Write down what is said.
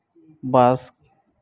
bus